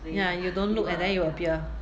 ya you don't look and then it will appear